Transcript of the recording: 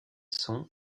sont